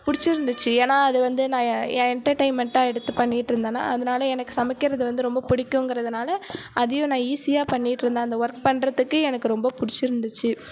பிடிச்சிருந்துச்சு ஏனால் அது வந்து நான் என்டர்டெயின்மெண்டாக எடுத்து பண்ணிகிட்டு இருந்தனா அதனாலே எனக்கு சமைக்கிறது வந்து ரொம்ப பிடிக்கும்ங்றதுனால அதையும் நான் ஈசியாக பண்ணிகிட்டு இருந்தேன் அந்த வொர்க் பண்ணுறதுக்கு எனக்கு ரொம்ப பிடிச்சி இருந்துச்சு